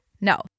no